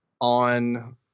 on